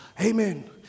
Amen